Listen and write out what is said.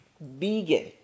Vegan